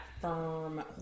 firm